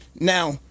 now